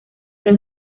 los